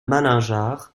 malingear